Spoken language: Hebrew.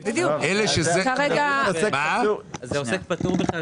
זה עוסק פטור בכלל,